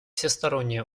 всестороннее